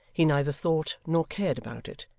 he neither thought nor cared about it,